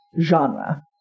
genre